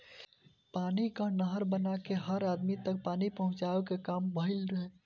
पानी कअ नहर बना के हर अदमी तक पानी पहुंचावे कअ काम भइल